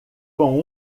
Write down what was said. com